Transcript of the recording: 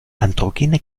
androgene